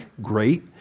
great